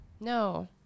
No